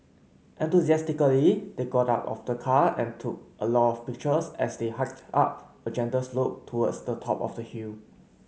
enthusiastically they got out of the car and took a lot of pictures as they hiked up a gentle slope towards the top of the hill